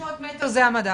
500 מטר זה המדד.